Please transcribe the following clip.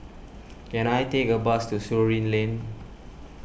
can I take a bus to Surin Lane